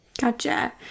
Gotcha